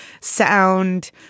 sound